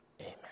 amen